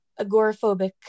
agoraphobic